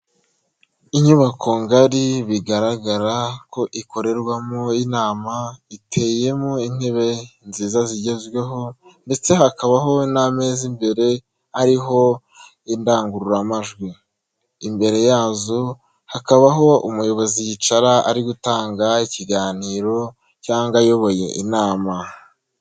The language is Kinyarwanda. Inyubako ngari bigaragara ko ikorerwamo inama, iteyemo intebe nziza zigezweho, ndetse hakabaho n'amezaza imbere ariho indangururamajwi, imbere yazo hakabaho umuyobozi yicara ari gutanga ikiganiro cyangwa ayoboye inama.